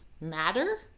matter